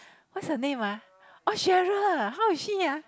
what's the name ah oh Sharal how is she ah